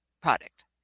product